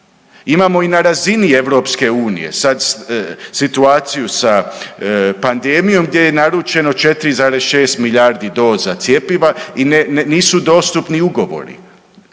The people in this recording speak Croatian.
Imamo i na razini EU, sad situaciju sa pandemijom, gdje je naručeno 4,6 milijardi doza cjepiva, i nisu dostupni ugovori.